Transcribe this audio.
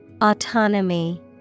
Autonomy